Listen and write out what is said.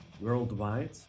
worldwide